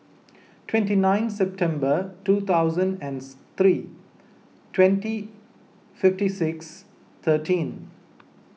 twenty nine September two thousand and three twenty fifty six thirteen